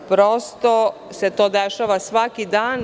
Prosto se to dešava svaki dan.